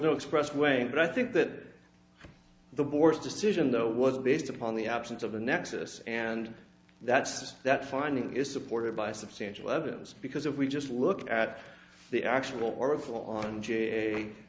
no expressway but i think that the board's decision though was based upon the absence of a nexus and that's that finding is supported by substantial evidence because if we just look at the actual o